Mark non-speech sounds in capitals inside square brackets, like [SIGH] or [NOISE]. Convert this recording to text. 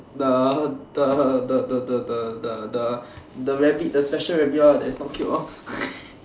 the the the the the the the the the rabbit the special rabbit lor that is not cute lor [NOISE]